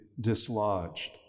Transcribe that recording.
dislodged